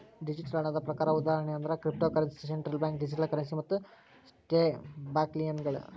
digital ಹಣದ ಪ್ರಕಾರ ಉದಾಹರಣಿ ಅಂದ್ರ cryptocurrency, central bank digital currency ಮತ್ತ ಸ್ಟೇಬಲ್ಕಾಯಿನ್ಗಳ